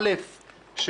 אם חבר